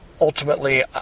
ultimately